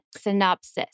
Synopsis